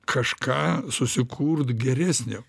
kažką susikurt geresnio